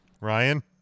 Ryan